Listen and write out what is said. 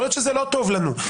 יכול להיות שזה לא טוב לנו.